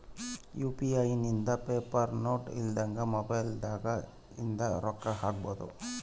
UPI ಇಂದ paper note ಇಲ್ದಂಗ mobile ದಾಗ ಇಂದ ರೊಕ್ಕ ಹಕ್ಬೊದು